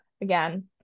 Again